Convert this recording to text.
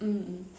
mmhmm